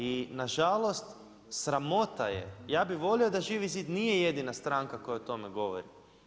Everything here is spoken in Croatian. I nažalost, sramota je, ja bi volio da Živi zid nije jedina stranka koja o tome govori.